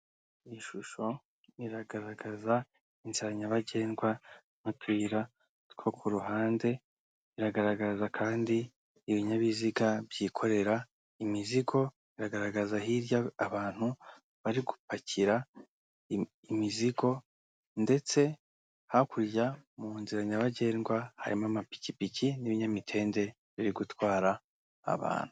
Iyi shusho iragaragaza inzira nyabagendwa n'utuyira two ku ruhande, iragaragaza kandi ibinyabiziga byikorera imizigo, biragaragaza hirya abantu bari gupakira imizigo ndetse hakurya mu nzira nyabagendwa harimo amapikipiki n'ibinyamitende biri gutwara abantu.